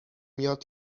یاد